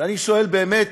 ואני שואל, באמת: